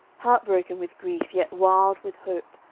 heartbroken with grief, yet wild with hope,